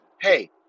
Hey